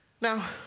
Now